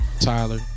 Tyler